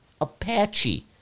Apache